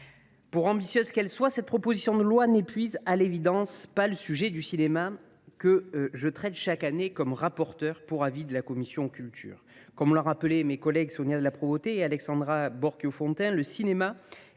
pour ambitieuse qu’elle soit, cette proposition de loi n’épuise pas le sujet du cinéma, que je traite chaque année comme rapporteur pour avis de la commission de la culture. Comme l’ont rappelé mes collègues Sonia de La Provôté et Alexandra Borchio Fontimp, le cinéma